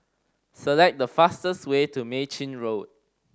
select the fastest way to Mei Chin Road